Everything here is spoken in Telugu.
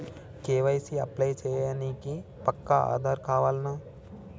కే.వై.సీ అప్లై చేయనీకి పక్కా ఆధార్ కావాల్నా?